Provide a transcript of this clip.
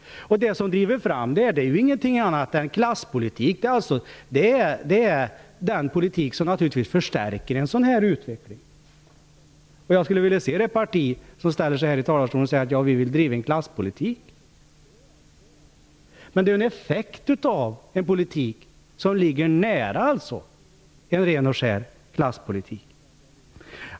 Det som driver fram detta är ingenting annat än klasspolitik. Det är den politik som förstärker en sådan utveckling. Jag skulle vilja se det parti vars representanter ställer sig här i talarstolen och säger: Vi vill driva en klasspolitik. Men effekten av politiken ligger nära en ren och skär klasspolitik.